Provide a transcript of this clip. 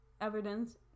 evidence